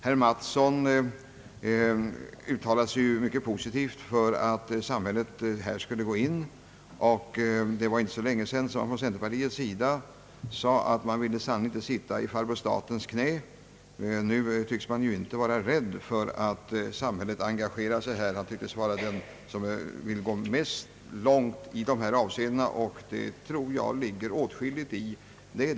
Herr Mattsson uttalade sig mycket positivt för denna tanke, och det var inte så länge sedan som man från centerpartiets sida sade på sina valaffischer att man sannerligen inte ville sitta i »farbror statens knä». Nu tycks han inte vara rädd för samhället. Han tycks vara den som vill gå längst i dessa avseenden, och jag tror att det ligger åtskilligt i detta.